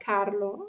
Carlo